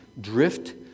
drift